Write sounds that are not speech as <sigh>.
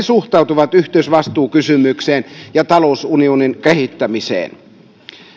<unintelligible> suhtautuvat yhteisvastuukysymykseen ja talousunionin kehittämiseen